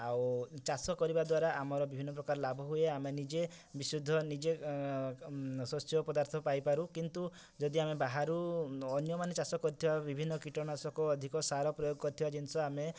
ଆଉ ଚାଷ କରିବା ଦ୍ଵାରା ଆମର ବିଭିନ୍ନ ପ୍ରକାର ଲାଭ ହୁଏ ଆମେ ନିଜେ ବିଶୁଦ୍ଧ ନିଜେ ଶସ୍ୟ ପଦାର୍ଥ ପାଇଁ ପାରୁ କିନ୍ତୁ ଯଦି ଆମେ ବାହାରୁ ଅନ୍ୟ ମାନେ ଚାଷ କରିଥିବା ବିଭିନ୍ନ କୀଟନାଶକ ଅଧିକ ସାର ପ୍ରୟୋଗ କରିଥିବା ଜିନିଷ ଆମେ